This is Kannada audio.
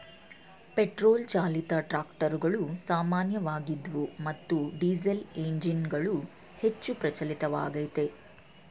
ಪೆಟ್ರೋಲ್ ಚಾಲಿತ ಟ್ರಾಕ್ಟರುಗಳು ಸಾಮಾನ್ಯವಾಗಿದ್ವು ಮತ್ತು ಡೀಸೆಲ್ಎಂಜಿನ್ಗಳು ಹೆಚ್ಚು ಪ್ರಚಲಿತವಾಗಯ್ತೆ